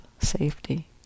safety